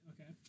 Okay